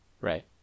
Right